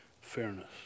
fairness